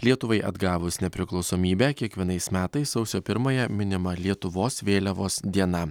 lietuvai atgavus nepriklausomybę kiekvienais metais sausio pirmąją minima lietuvos vėliavos diena